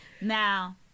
Now